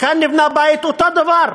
וכאן נבנה בית אותו הדבר,